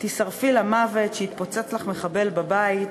"תישרפי למוות", "שיתפוצץ לך מחבל בבית",